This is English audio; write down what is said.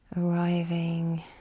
arriving